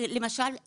למשל,